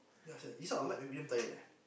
ya sia this type of light make me damn tired eh